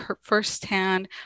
firsthand